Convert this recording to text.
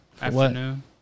afternoon